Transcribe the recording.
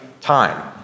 time